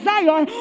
Zion